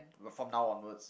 from now onwards